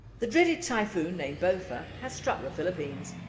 the dreaded typhoon named bopha has struck the philippines.